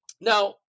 Now